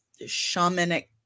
shamanic